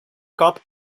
cup